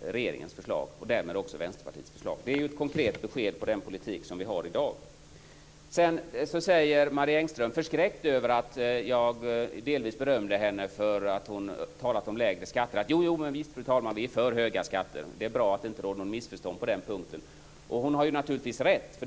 regeringens förslag och därmed också Vänsterpartiets förslag. Det är ett konkret besked på den politik som vi har i dag. Marie Engström blev förskräckt över att jag delvis berömde henne för att hon talat om lägre skatter och sade: Visst är vi för höga skatter, fru talman. Det är bra att det inte råder något missförstånd på den punkten. Hon har naturligtvis rätt.